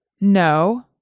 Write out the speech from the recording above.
No